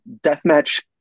deathmatch